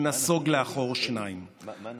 הוא נסוג שניים לאחור.